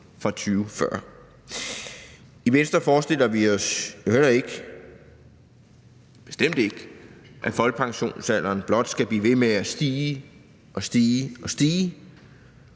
fra 2040. I Venstre forestiller vi os jo heller ikke, bestemt ikke, at folkepensionsalderen blot skal blive ved med at stige og stige.